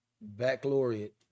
baccalaureate